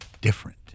different